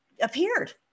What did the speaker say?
appeared